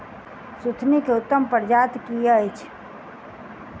सुथनी केँ उत्तम प्रजाति केँ अछि?